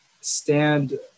stand